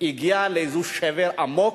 הגיע לאיזה שבר עמוק,